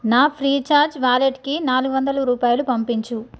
నా ఫ్రీచార్జ్ వాలెట్కి నాలుగు వందల రూపాయలు పంపించు